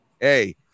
Hey